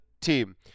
team